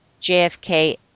JFK